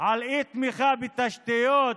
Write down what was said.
לאי-תמיכה בתשתיות